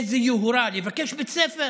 איזו יוהרה לבקש בית ספר